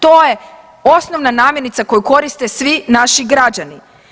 To je osnovna namirnica koju koriste svi naši građani.